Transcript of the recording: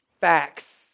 facts